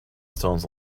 stones